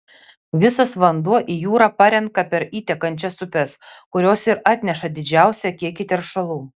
visas vanduo į jūrą parenka per įtekančias upes kurios ir atneša didžiausią kiekį teršalų